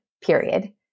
period